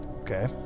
Okay